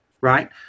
right